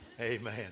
amen